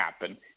happen